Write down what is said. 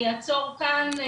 אני אעצור כאן.